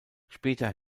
später